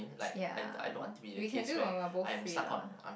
ya we can do when we are both free lah